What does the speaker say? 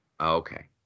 Okay